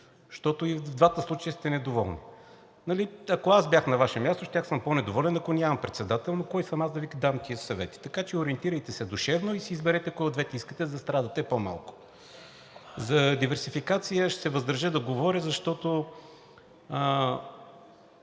Защото и в двата случая сте недоволни. Ако аз бях на Ваше място, щях да съм по-недоволен, ако нямам председател, но кой съм аз да Ви давам тези съвети, така че ориентирайте се душевно и си изберете кое от двете искате, за да страдате по-малко. За диверсификация ще се въздържа да говоря, защото